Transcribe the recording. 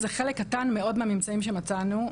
זה חלק קטן מאוד מהממצאים שמצאנו,